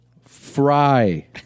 fry